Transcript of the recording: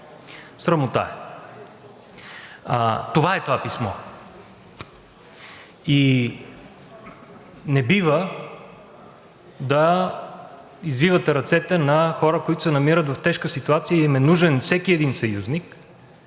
Срамота е! Такова е това писмо и не бива да извивате ръцете на хората, които се намират в тежка ситуация и им е нужен всеки един съюзник,